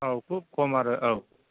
औ खुब खम आरो औ